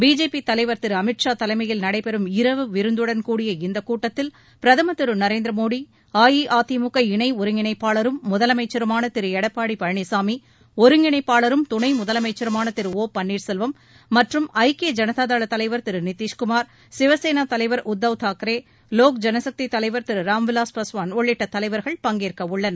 BJP தலைவர் திரு அமித் ஷா தலைமையில் நடைபெறும் இரவு விருந்துடன் கூடிய இந்தக் கூட்டத்தில் பிரதமர் திரு நரேந்திர மோடி அஇஅதிமுக இணை ஒருங்கிணைப்பாளரும் முதலமைச்சருமான திரு எடப்பாடி பழனிசாமி ஒருங்கிணைப்பாளரும் துணை முதலமைச்சருமான திரு ஒ பன்னீர்செல்வம் மற்றும் ஐக்கிய ஜனதாதள தலைவர் திரு நிதிஷ்குமார் சிவசேனா தலைவர் உத்தவ் தூக்கரே லோக்ஜனசக்தி தலைவர் திரு ராம்விவாஸ் பாஸ்வான் உள்ளிட்ட தலைவர்கள் பங்கேற்க உள்ளனர்